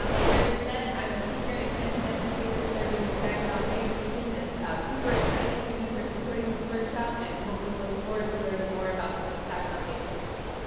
um like brandon said, i'm a sea grant extension educator serving the saginaw bay region and super excited to be here supporting this workshop and hope you look forward to learning more about the saginaw bay fishery.